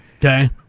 Okay